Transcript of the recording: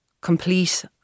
complete